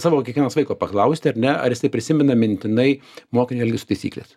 savo kiekvienas vaiko paklausti ar ne ar jisai prisimena mintinai mokinio elgesio taisykles